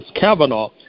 Kavanaugh